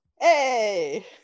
Hey